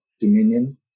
dominion